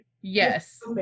yes